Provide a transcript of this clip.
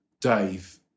Dave